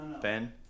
Ben